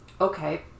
Okay